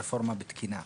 הרפורמה בתקינה,